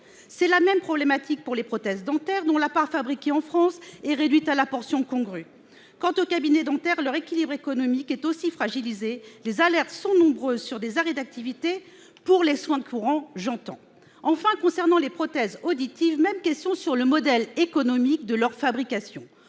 C'est la même problématique pour les prothèses dentaires, dont la part fabriquée en France est réduite à la portion congrue. Quant aux cabinets dentaires, leur équilibre économique est aussi fragilisé ; les alertes sont nombreuses sur des arrêts d'activité- pour les soins courants, j'entends. Enfin, concernant les prothèses auditives, même question sur le modèle économique de leur fabrication.